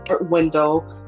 window